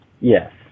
Yes